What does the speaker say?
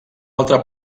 altra